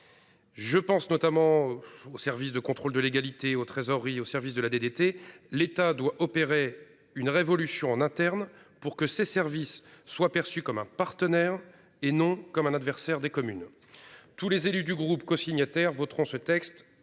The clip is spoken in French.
Je pense notamment aux services de contrôle de légalité aux trésorerie au service de la DDT. L'État doit opérer une révolution en interne pour que ces services soient perçus comme un partenaire et non comme un adversaire des communes. Tous les élus du groupe cosignataires voteront ce texte